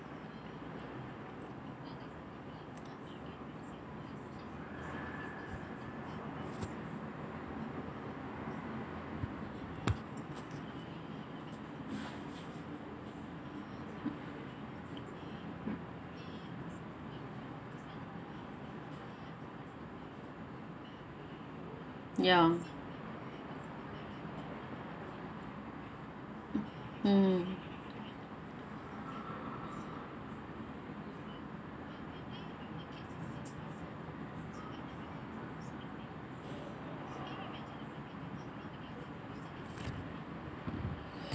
ya mm